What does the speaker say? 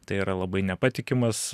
tai yra labai nepatikimas